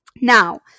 Now